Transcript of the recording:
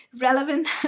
relevant